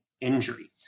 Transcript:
injury